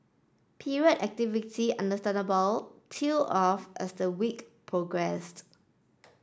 period activity understandably tailed off as the week progressed